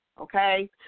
okay